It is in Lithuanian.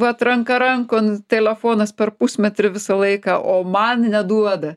vat ranka rankon telefonas per pusmetrį visą laiką o man neduoda